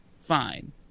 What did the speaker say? fine